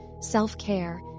self-care